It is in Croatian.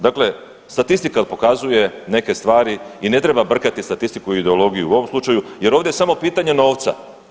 Dakle, statistika pokazuje neke stvari i ne treba brkati statistiku i ideologiju u ovom slučaju jer ovdje je samo pitanje novca.